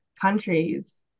countries